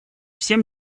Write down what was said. всем